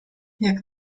jak